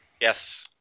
Yes